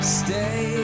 stay